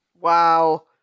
Wow